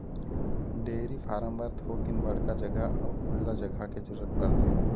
dairy farm बर थोकिन बड़का जघा अउ खुल्ला जघा के जरूरत परथे